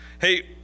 Hey